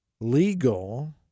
legal